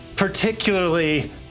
Particularly